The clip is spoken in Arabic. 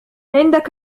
عندك